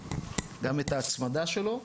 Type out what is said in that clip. גם את ההצמדה שלו,